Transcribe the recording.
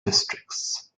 districts